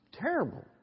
Terrible